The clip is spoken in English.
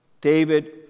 David